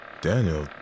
Daniel